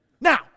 Now